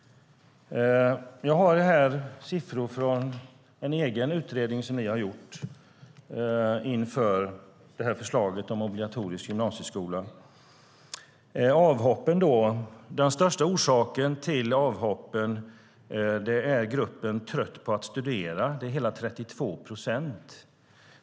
Jag har här siffror från en utredning som ni har gjort inför förslaget om obligatorisk gymnasieskola. Den största orsaken till avhoppen är Trött på att studera, och den gruppen är hela 32 procent.